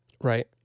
Right